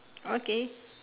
okay